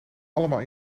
allemaal